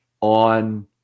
on